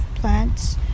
plants